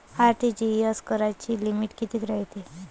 RTGS कराची limit कितीक रायते?